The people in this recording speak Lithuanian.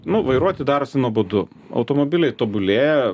nu vairuoti darosi nuobodu automobiliai tobulėja